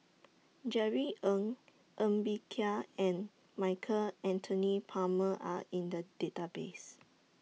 Jerry Ng Ng Bee Kia and Michael Anthony Palmer Are in The Database